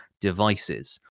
devices